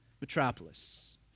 metropolis